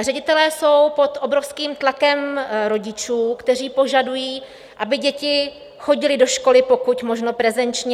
Ředitelé jsou pod obrovským tlakem rodičů, kteří požadují, aby děti chodily do školy pokud možno prezenčně.